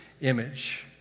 image